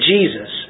Jesus